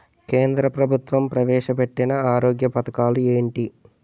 కేంద్ర ప్రభుత్వం ప్రవేశ పెట్టిన ఆరోగ్య పథకాలు ఎంటి?